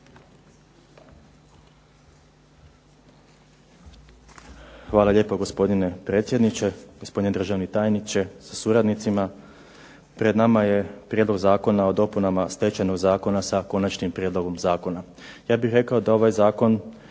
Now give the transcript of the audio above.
Hvala lijepa gospodine predsjedniče. Gospodine državni tajniče sa suradnicima. Pred nama je Prijedloga zakona o dopunama Stečajnog zakona s Konačnim prijedlogom zakona. Ja bih rekao da ovaj zakon